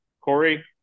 Corey